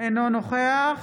אינו נוכח